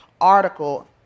article